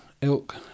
ilk